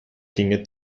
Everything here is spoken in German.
ginge